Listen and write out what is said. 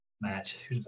match